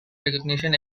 recognition